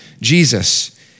Jesus